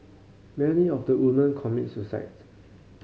many of the women commit suicides